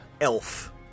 elf